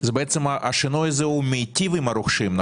השינוי הזה מיטיב עם הרוכשים.